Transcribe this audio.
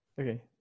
Okay